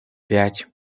пять